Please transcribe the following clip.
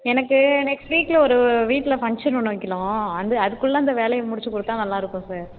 எனக்கு நெக்ஸ்ட் வீக்கில் ஒரு வீட்டில் ஃபங்ஷன் ஒன்று வைக்கணும் அது அதுக்குள்ளே அந்த வேலையை முடித்துக் கொடுத்தா நல்லாயிருக்கும் சார்